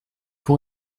pour